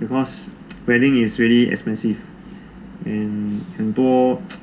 because wedding is really expensive and 很多